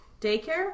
Daycare